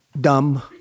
dumb